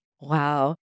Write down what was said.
wow